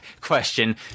question